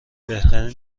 بهترین